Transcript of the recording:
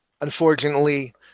unfortunately